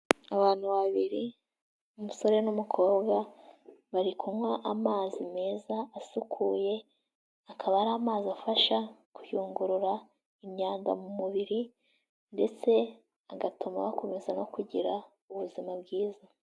Abantu babiri, umusore n'umukobwa, bari kunywa amazi meza asukuye, akaba ari amazi afasha kuyungurura imyanda mu mubiri, ndetse agatuma bakomeza no kugira ubuzima bwiza.